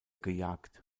gejagt